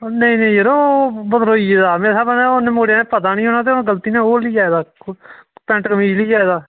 नेईं यरो बदलोई गेदा ओह् मेरे स्हाबै कन्नै मुड़े गी पता निं होना ते ओह् बदलोई गेदा पैंट कमीज़ लेई आयो दा